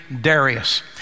Darius